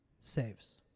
saves